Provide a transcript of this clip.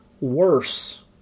worse